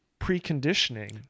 preconditioning